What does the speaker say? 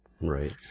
Right